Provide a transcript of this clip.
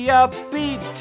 upbeat